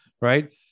Right